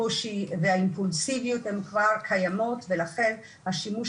הקושי והאימפולסיביות הם כבר קיימים ולכן השימוש